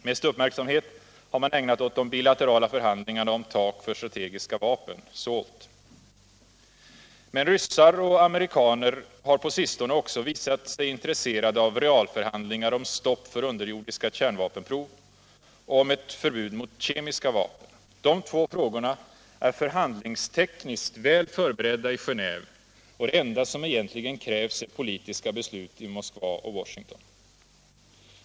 Mest uppmärksamhet har ägnats de bilaterala förhandlingarna om tak för de stategiska vapnen, SALT. Men ryssar och amerikaner har på sistone också visat sig intresserade av realförhandlingar om stopp för underjordiska kärnvapenprov och om ett förbud mot kemiska vapen. De två frågorna är förhandlingstekniskt väl förberedda i Genéve, och det enda som egentligen krävs är politiska beslut i Moskva och Washington.